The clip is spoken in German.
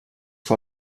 vor